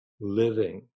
living